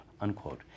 unquote